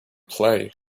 play